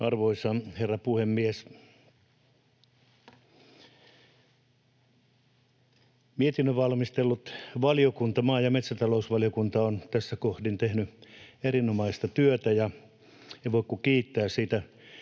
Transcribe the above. Arvoisa herra puhemies! Mietinnön valmistellut valiokunta, maa- ja metsätalousvaliokunta, on tässä kohdin tehnyt erinomaista työtä, ja en voi kuin kiittää siitä